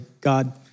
God